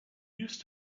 used